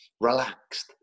relaxed